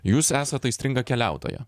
jūs esat aistringa keliautoja